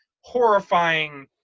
Horrifying